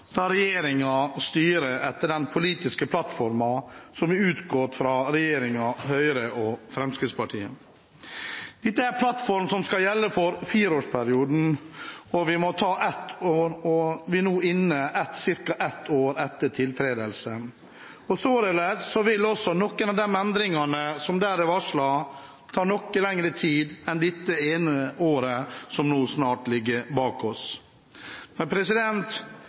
da regjeringen styrer etter den politiske plattformen som er utgått fra regjeringen Høyre og Fremskrittspartiet. Dette er en plattform som skal gjelde for fireårsperioden som vi nå er cirka ett år inne i etter tiltredelsen. Således vil noen av de endringene som der er varslet, ta noe lengre tid enn dette ene året som nå snart ligger bak oss. Men